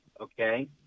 okay